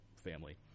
family